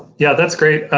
yeah, that's great.